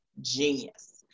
genius